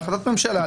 בהחלטות ממשלה,